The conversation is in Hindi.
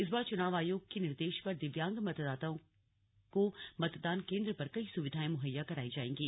इस बार चुनाव आयोग के निर्देश पर दिव्यांग मतदाताओं को मतदान केंद्र पर कई सुविधाएं मुहैया कराई जाएंगी